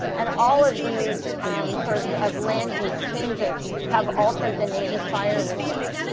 and all of these sorts of land use changes have altered the native fire regime.